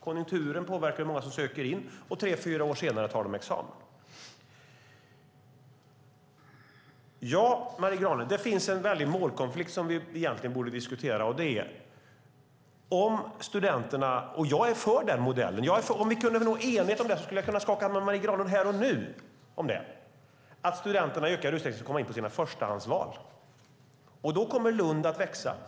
Konjunkturen påverkar hur många som söker, och tre fyra år senare tar de examen. Det finns en väldig målkonflikt som vi borde diskutera, Marie Granlund. Om vi kunde nå enighet om att studenterna i ökad utsträckning ska komma in på sina förstahandsval skulle jag kunna skaka hand med Marie Granlund här och nu. Jag är för den modellen. Då kommer Lunds och Uppsala universitet att växa.